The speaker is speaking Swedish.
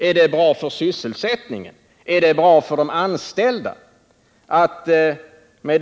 Är det bra för sysselsättningen? Är det bra för de anställda?